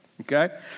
okay